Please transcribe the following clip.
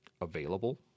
available